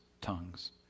tongues